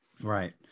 Right